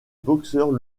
boxeur